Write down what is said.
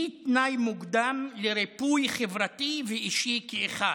היא תנאי מוקדם לריפוי חברי ואישי כאחד.